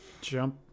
jump